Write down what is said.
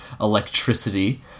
electricity